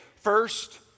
First